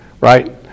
right